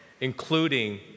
including